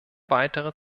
weitere